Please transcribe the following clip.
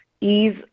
ease